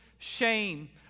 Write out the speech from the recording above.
shame